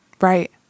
Right